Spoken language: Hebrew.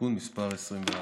תיקון מס' 24,